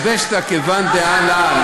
שבשתא כיוון דעל על.